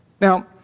Now